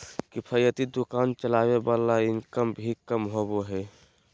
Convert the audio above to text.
किफायती दुकान चलावे वाला के इनकम भी कम होबा हइ